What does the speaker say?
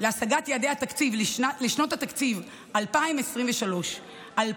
להשגת יעדי התקציב לשנות התקציב 2023 ו-2024),